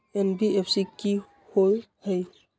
NBFC कि होअ हई?